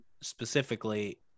specifically